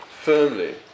firmly